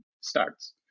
starts